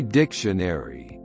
dictionary